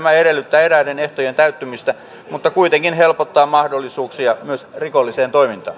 edellyttää eräiden ehtojen täyttymistä mutta kuitenkin helpottaa mahdollisuuksia myös rikolliseen